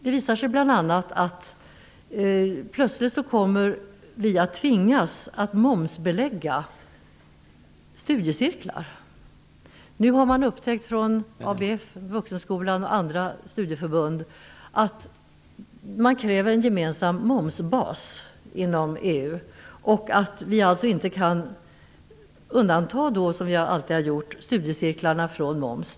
Det visar sig bl.a. att vi plötsligt kommer att tvingas momsbelägga studiecirklar. ABF, Vuxenskolan och andra studieförbund har upptäckt att det inom EU krävs en gemensam momsbas. Vi kan då inte, som vi alltid har gjort, undanta studiecirklarna från moms.